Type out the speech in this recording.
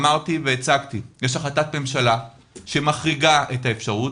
אמרתי שיש החלטת ממשלה שמחריגה את האפשרות,